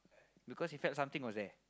because in fact something was there